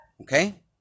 Okay